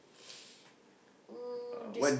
um de~